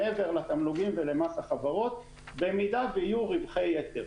מעבר לתמלוגים ומס החברות במידה ויהיו רווחי יתר.